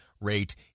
rate